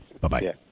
Bye-bye